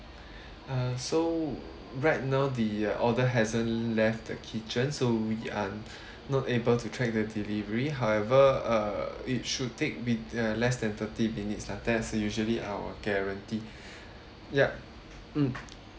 uh so right now the order hasn't left the kitchen so we are not able to track the delivery however uh it should take with uh less than thirty minutes lah that's usually our guarantee yup mm